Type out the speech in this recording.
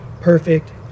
perfect